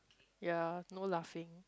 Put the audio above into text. ya no laughing